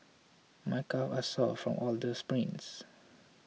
my calves sore from all the sprints